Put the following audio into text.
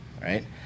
right